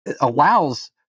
allows